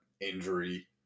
injury